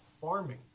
farming